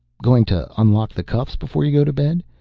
going to unlock the cuffs before you go to bed?